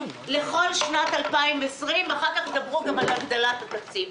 לכל שנת 2020. אחר כך ידברו גם על הגדלת התקציב,